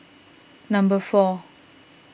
number four